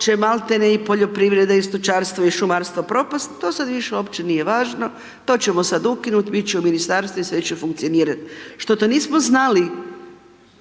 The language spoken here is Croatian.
će maltene i poljoprivreda i stočarstvo i šumarstvo propast, to sad više uopće nije važno, to ćemo sad ukinut, bit će u ministarstvu i sve će funkcionirat. Što to nismo znali